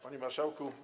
Panie Marszałku!